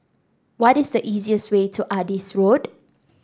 what is the easiest way to Adis Road